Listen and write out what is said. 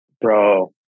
Bro